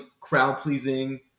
crowd-pleasing